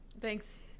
thanks